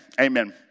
amen